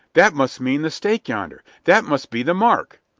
that must mean the stake yonder that must be the mark.